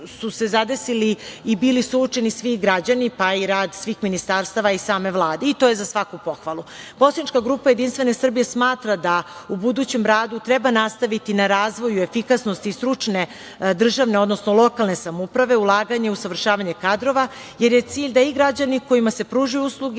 zadesili i bili suočeni svi građani, pa i rad svih ministarstava i same Vlade. To je za svaku pohvalu. Poslanička grupa Jedinstvene Srbije smatra da u budućem radu treba nastaviti na razvoju efikasnosti i stručne državne, odnosno lokalne samouprave, ulaganje u usavršavanje kadrova, jer je cilj da i građani kojima se pružaju usluge,